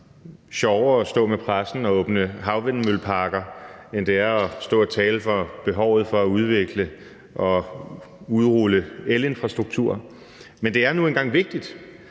sjovere at stå med pressen og åbne havvindmølleparker, end det er at stå og tale for behovet for at udvikle og udrulle elinfrastruktur. Men det er nu engang vigtigt,